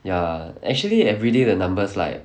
ya actually everyday the numbers like